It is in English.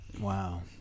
wow